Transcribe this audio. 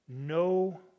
no